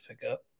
pickup